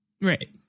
Right